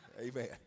Amen